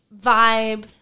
vibe